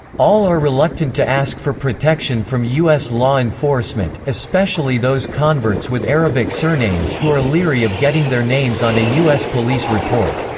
all are reluctant to ask for protection from u s. law enforcement, especially those converts with arabic surnames who are leery of getting their names on a u s. police report.